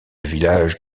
village